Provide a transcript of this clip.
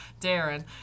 Darren